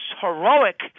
heroic